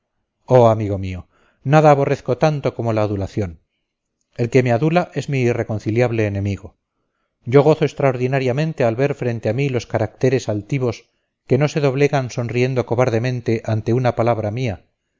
oh amigo mío nada aborrezco tanto como la adulación el que me adula es mi irreconciliable enemigo yo gozo extraordinariamente al ver frente a mí los caracteres altivos que no se doblegan sonriendo cobardemente ante una palabra mía